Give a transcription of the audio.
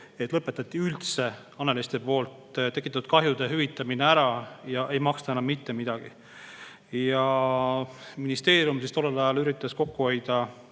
et lõpetati üldse haneliste tekitatud kahjude hüvitamine ära ja ei maksta enam mitte midagi. Ministeerium üritas tollel ajal eelarves kokku hoida